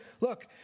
Look